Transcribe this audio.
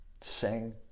Sing